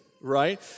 Right